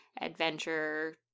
adventure